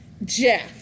Jeff